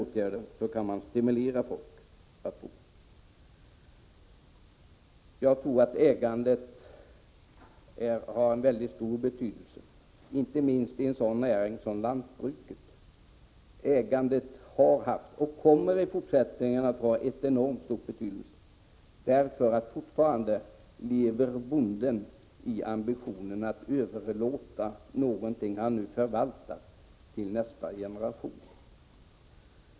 Ägandet har haft och kommer i fortsättningen att ha en enormt stor betydelse, inte minst i en sådan näring som lantbruket. Bonden lever fortfarande med ambitionen att överlåta någonting som han förvaltar till nästa generation.